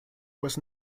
pues